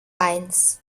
eins